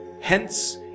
Hence